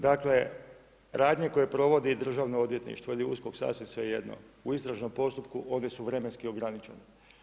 Dakle, radnje koje provodi državno odvjetništvo ili USKOK, sasvim svejedno u istražnom postupku, oni su vremenski ograničeni.